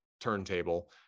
turntable